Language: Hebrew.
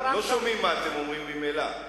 לא שומעים מה אתם אומרים ממילא.